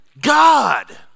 God